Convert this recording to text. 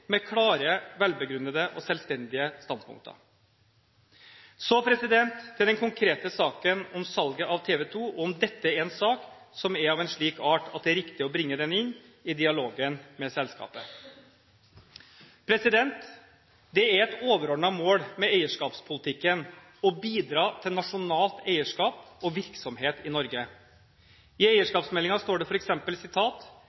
til den konkrete saken om salget av TV 2, og om dette er en sak som er av en slik art at det er riktig å bringe den inn i dialogen med selskapet. Det er et overordnet mål med eierskapspolitikken å bidra til nasjonalt eierskap og virksomhet i Norge. I